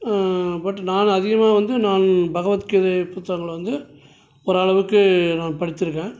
but நான் அதிகமாக வந்து நான் பகவத்கீதை புத்தகங்களை வந்து ஒரு அளவுக்கு நான் படிச்சிருக்கேன்